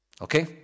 Okay